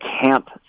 camp